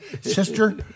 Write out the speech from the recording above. Sister